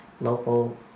local